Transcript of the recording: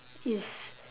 is